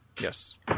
Yes